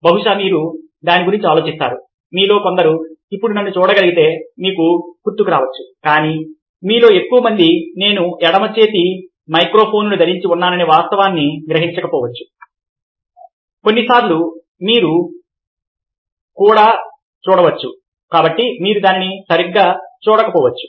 మరియు బహుశా మీరు దాని గురించి ఆలోచిస్తారు మీలో కొందరు ఇప్పుడు నన్ను చూడగలిగితే కొంత గుర్తుకు రావచ్చు కానీ మీలో ఎక్కువ మంది నేను ఎడమ చేతి మైక్రోఫోన్ను ధరించి ఉన్నాననే వాస్తవాన్నిగ్రహించక పోవచ్చు కొన్నిసార్లు మీరు చూడవచ్చు కాబట్టి మీరు దానిని సరిగా చూడపోవచ్చు